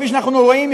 כפי שאנחנו רואים,